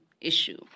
issue